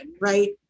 Right